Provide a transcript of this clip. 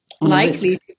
likely